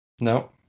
No